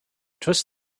twist